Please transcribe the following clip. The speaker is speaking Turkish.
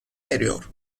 eriyor